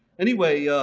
anyway